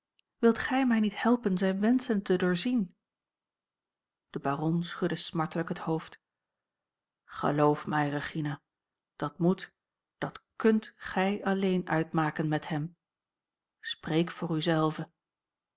wilt gij mij niet helpen zijne wenschen te doorzien de baron schudde smartelijk het hoofd a l g bosboom-toussaint langs een omweg geloof mij regina dat moet dat kunt gij alleen uitmaken met hem spreek voor